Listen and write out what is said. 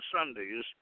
Sundays